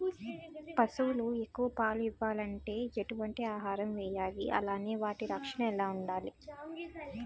పశువులు ఎక్కువ పాలు ఇవ్వాలంటే ఎటు వంటి ఆహారం వేయాలి అలానే వాటి రక్షణ ఎలా వుండాలి?